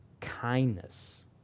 kindness